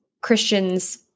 Christians